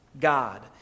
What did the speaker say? God